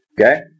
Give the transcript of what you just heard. Okay